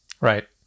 right